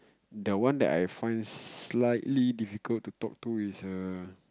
the one that I find slightly difficult to talk to is err